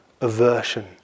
aversion